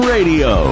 Radio